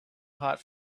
hot